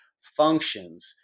functions